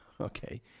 Okay